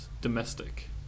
domestic